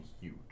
huge